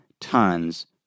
tons